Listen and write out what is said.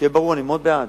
שיהיה ברור, אני מאוד בעד,